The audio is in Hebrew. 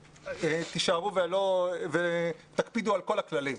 תישארו ותקפידו על כל הכללים.